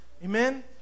Amen